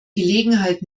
gelegenheit